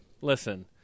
listen